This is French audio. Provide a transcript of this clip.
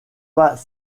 pas